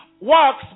works